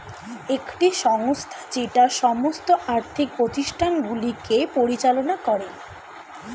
একটি সংস্থা যেটা সমস্ত আর্থিক প্রতিষ্ঠানগুলিকে পরিচালনা করে